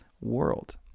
world